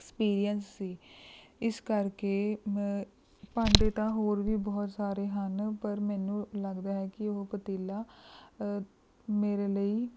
experience ਸੀ ਇਸ ਕਰਕੇ ਮ ਭਾਂਡੇ ਤਾਂ ਹੋਰ ਵੀ ਬਹੁਤ ਸਾਰੇ ਹਨ ਪਰ ਮੈਨੂੰ ਲੱਗਦਾ ਹੈ ਕਿ ਉਹ ਪਤੀਲਾ ਮੇਰਾ ਲਈ